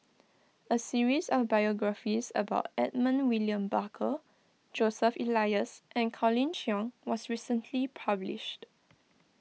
a series of biographies about Edmund William Barker Joseph Elias and Colin Cheong was recently published